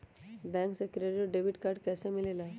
Bank से credit और debit card कैसी मिलेला?